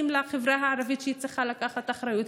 לחברה הערבית שהיא צריכה לקחת אחריות.